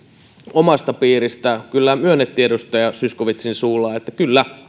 omasta piiristä kyllä myönnettiin edustaja zyskowiczin suulla että kyllä